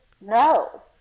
no